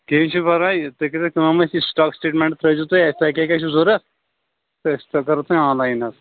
کیٚنٛہہ چھُنہٕ پرواے تُہۍ کٔرۍزیٚو کٲم اَسہِ یہِ سِٹاک سیٚگمینٛٹ ترٛأوۍ زیٚو تُہۍ اَسہِ تۄہہِ کیٛاہ کیٛاہ چھُ ضرَوٗرت تہٕ أسۍ کرو تۄہہِ آن لاین حظ